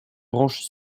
branche